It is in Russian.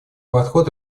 подход